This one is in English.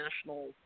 national